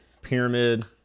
Pyramid